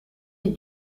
est